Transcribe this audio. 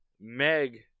Meg